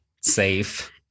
Safe